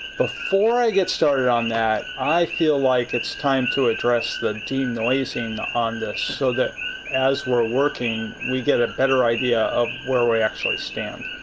before i get started on that, i feel like it's time to address the denoising on this, so that as we're working we get a better idea of where we actually stand.